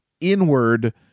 inward